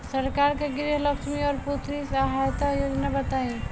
सरकार के गृहलक्ष्मी और पुत्री यहायता योजना बताईं?